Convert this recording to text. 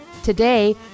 Today